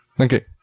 Okay